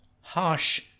Harsh